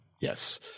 yes